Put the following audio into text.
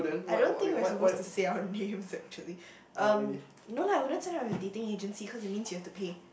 I don't think we're supposed to say our names actually um no lah wouldn't sign up with dating agency cause that means you have to pay